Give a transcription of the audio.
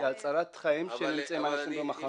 להצלת חיים של אנשים במחנות.